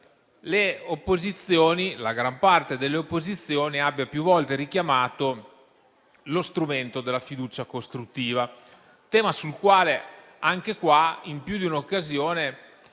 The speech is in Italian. occasioni, la gran parte delle opposizioni abbia più volte richiamato lo strumento della sfiducia costruttiva, tema sul quale in più di un'occasione